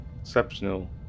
exceptional